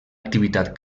activitat